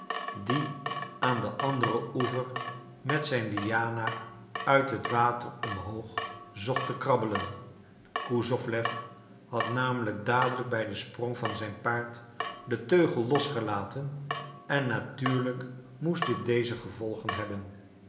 die aan den anderen oever met zijn diana uit het water omhoog zocht te krabbelen kusowlew had namelijk dadelijk bij den sprong van zijn paard den teugel losgelaten en natuurlijk moest dit deze gevolgen hebben